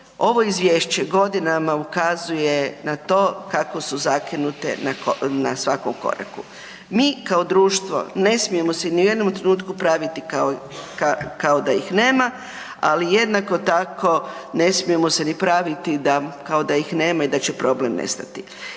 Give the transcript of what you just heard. ovo izvješće godinama ukazuje na to kako su zakinute na svakom koraku. Mi kao društvo ne smijemo se ni u jednom trenutku praviti kao da ih nema ali jednako tako ne smijemo se ni praviti da kao da ih nema i da će problem nestati.